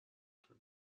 کنی